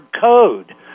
Code